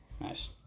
Nice